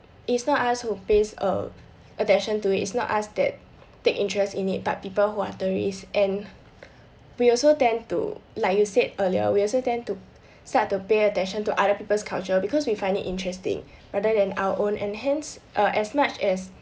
it's not us who pays err attention to it it's not us that take interest in it but people who are tourist and we also tend to like you said earlier we also tend to start to pay attention to other peoples' culture because we find it interesting rather than our own and hence uh as much as